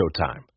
Showtime